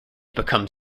become